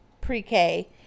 pre-K